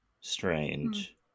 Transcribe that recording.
Strange